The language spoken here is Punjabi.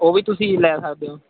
ਉਹ ਵੀ ਤੁਸੀਂ ਲੈ ਸਕਦੇ ਹੋ